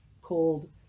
called